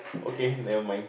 okay never mind